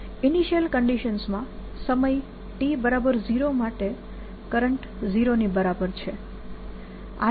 initial કંડીશન્સમાં સમય t0 માટે કરંટ 0 ની બરાબર છે